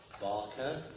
Barker